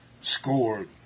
scored